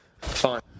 fine